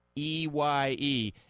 E-Y-E